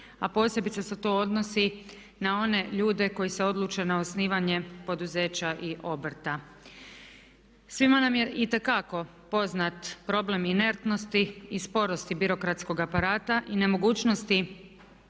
a posebice se to odnosio na one ljude koji se odluče na osnivanje poduzeća i obrta. Svima nam je itekako poznat problem inertnosti i sporosti birokratskog aparata i nemogućnosti